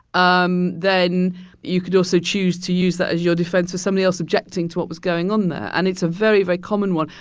um then you could also choose to use that as your defense for somebody else objecting to what was going on there. and it's a very, very common one.